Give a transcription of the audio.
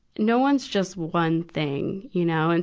no one's just one thing, you know. and